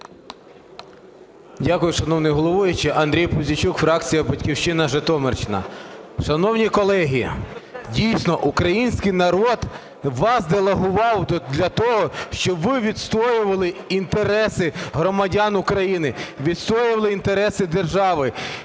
Дякую, шановний головуючий. Андрій Пузійчук, фракція "Батьківщина", Житомирщина. Шановні колеги, дійсно, український народ вас делегував для того, щоб ви відстоювали інтереси громадян України, відстоювали інтереси держави.